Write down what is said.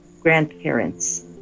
grandparents